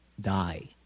die